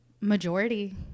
majority